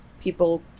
people